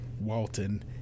Walton